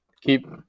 Keep